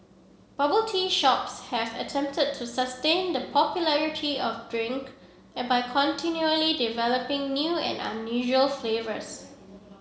bubble tea shops have attempted to sustain the popularity of drink by continually developing new and unusual flavours